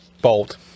bold